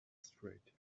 straight